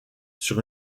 sur